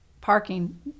parking